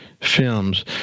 films